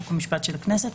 חוק ומשפט של הכנסת,